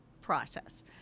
process